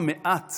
מעט